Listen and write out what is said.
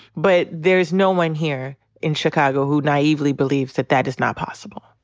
but there's no one here in chicago who naively believes that that is not possible.